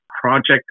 project